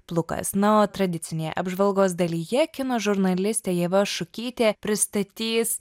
plukas na o tradicinėje apžvalgos dalyje kino žurnalistė ieva šukytė pristatys